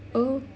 oh